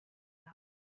dda